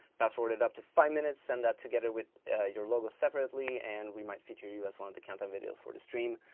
fast forward it up to five minutes, send that together with your logo separately and we might feature you as one of the countdown videos for the stream.